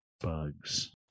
bugs